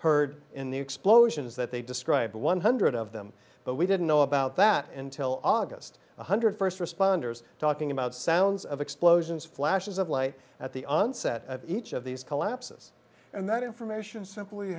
heard in the explosions that they described one hundred of them but we didn't know about that until august one hundred first responders talking about sounds of explosions flashes of light at the onset of each of these collapses and that information simply